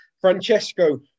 Francesco